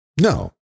No